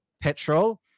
petrol